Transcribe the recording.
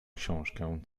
książkę